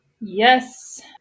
Yes